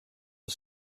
are